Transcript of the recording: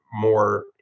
more